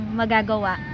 magagawa